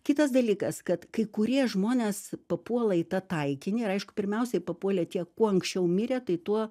kitas dalykas kad kai kurie žmonės papuola į tą taikinį ir aišku pirmiausiai papuolė tie kuo anksčiau mirė tai tuo